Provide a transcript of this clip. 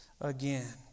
again